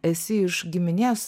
esi iš giminės